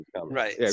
Right